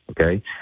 okay